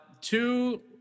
two